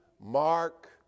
Mark